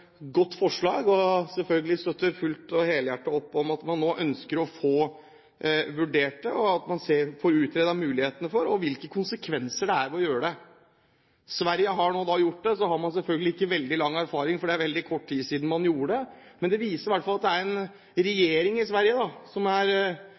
godt forslag, og vi støtter selvfølgelig fullt og helhjertet opp om at man nå ønsker å få vurdert dette, utredet mulighetene og se på hvilke konsekvenser det får. Sverige har nå gjort det – man har selvfølgelig ikke veldig lang erfaring, for det er kort tid siden man gjorde det. Det viser i hvert fall at det er en